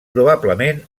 probablement